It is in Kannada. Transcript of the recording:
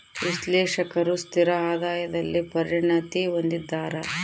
ವಿಶ್ಲೇಷಕರು ಸ್ಥಿರ ಆದಾಯದಲ್ಲಿ ಪರಿಣತಿ ಹೊಂದಿದ್ದಾರ